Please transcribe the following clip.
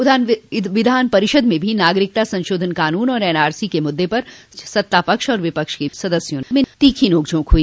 उधर विधान परिषद में भी नागरिकता संशोधन क़ानून और एनआरसी के मुद्दे पर सत्ता पक्ष और विपक्ष के सदस्यों में तीखी नोकझोक हुई